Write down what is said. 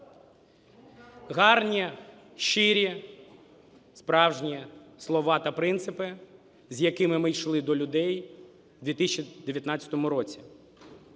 Гарні, щирі, справжні слова та принципи, з якими ми йшли до людей в 2019 році.